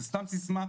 זאת סתם סיסמה,